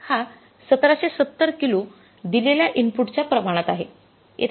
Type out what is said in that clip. हा १७७० किलो दिलेल्या इनपुटच्या प्रमाणात आहे